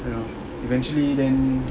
you know eventually then